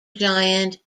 giant